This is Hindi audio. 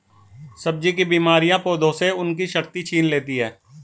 सब्जी की बीमारियां पौधों से उनकी शक्ति छीन लेती हैं